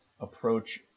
approach